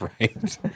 right